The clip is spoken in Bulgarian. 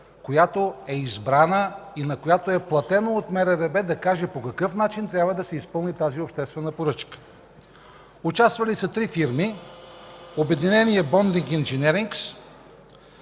която е избрана и на която е платено от МРРБ да каже по какъв начин трябва да се изпълни тази обществена поръчка. Участвали са три фирми. (Председателят дава сигнал,